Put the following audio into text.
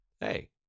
hey